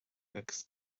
agus